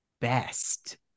best